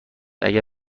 اگه